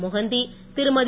Mohanty Thirumathi